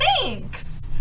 Thanks